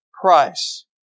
price